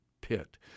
pit